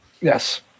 yes